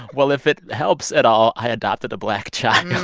well, if it helps at all, i adopted a black child